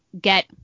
get